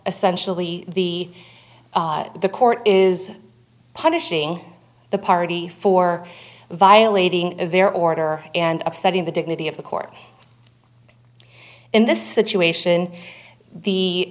essential the the court is punishing the party for violating their order and upsetting the dignity of the court in this situation the